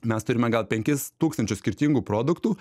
mes turime gal penkis tūkstančius skirtingų produktų